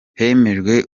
hemejwe